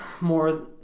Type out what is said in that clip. more